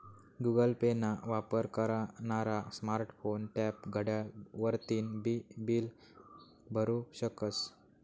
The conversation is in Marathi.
गुगल पे ना वापर करनारा स्मार्ट फोन, टॅब, घड्याळ वरतीन बी बील भरु शकस